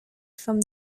from